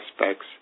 aspects